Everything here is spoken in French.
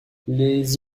les